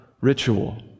ritual